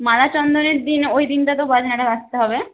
মালা চন্দনের দিন ওই দিনটা তো বাজনাটা বাজতে হবে